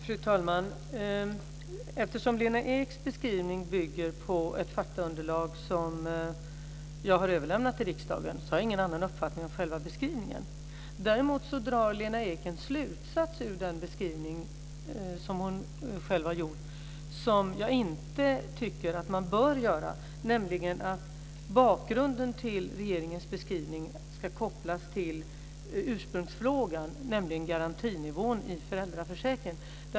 Fru talman! Eftersom Lena Eks beskrivning bygger på ett faktaunderlag som jag har överlämnat till riksdagen har jag ingen annan uppfattning om själva beskrivningen. Däremot drar Lena Ek en slutsats på grundval av sin beskrivning som jag inte tycker att man bör göra, att bakgrunden till regeringens beskrivning ska kopplas till ursprungsfrågan, nämligen till garantinivån i föräldraförsäkringen.